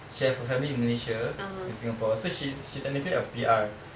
she has a family in malaysia and singapore so she she technically a P_R